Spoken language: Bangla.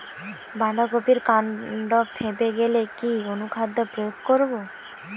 বাঁধা কপির কান্ড ফেঁপে গেলে কি অনুখাদ্য প্রয়োগ করব?